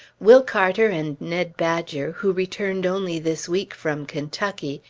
will carter and ned badger, who returned only this week from kentucky,